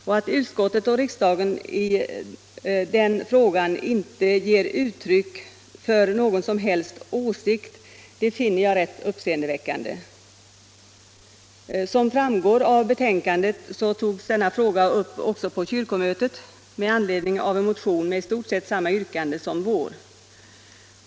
Och att utskottet och riksdagen i den frågan inte ger uttryck för någon som helst åsikt finner jag uppseendeväckande. Som framgår av betänkandet togs denna fråga också upp på kyrkomötet med anledning av en motion med i stort sett samma yrkande som vårt.